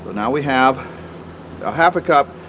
now we have a half a cup,